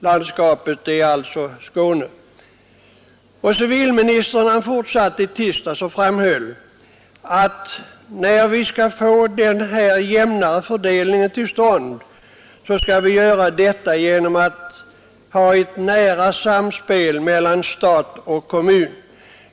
Landskapet är alltså Skåne. Civilministern fortsatte i tisdags och framhöll att ”när vi skall få den här jämnare fördelningen till stånd, så skall vi göra detta genom ett nära samspel mellan stat och kommun”.